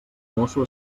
mosso